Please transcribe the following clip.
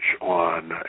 on